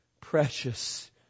precious